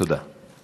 תודה.